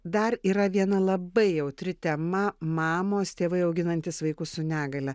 dar yra viena labai jautri tema mamos tėvai auginantys vaikus su negalia